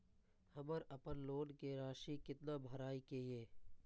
हमर अपन लोन के राशि कितना भराई के ये?